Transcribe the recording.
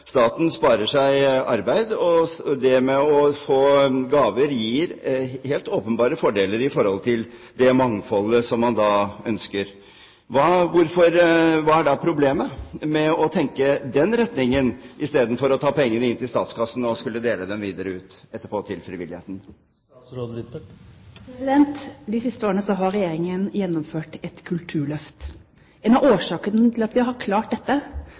staten sparer arbeid, og det å få gaver gir helt åpenbare fordeler når det gjelder det mangfoldet man ønsker. Hva er problemet med å tenke i den retning istedenfor å ta pengene inn i statskassen og skulle dele dem ut til frivilligheten etterpå? De siste årene har Regjeringen gjennomført et kulturløft. En av årsakene til at vi har klart dette,